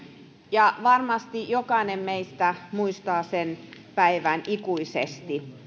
ja varmasti jokainen meistä muistaa sen päivän ikuisesti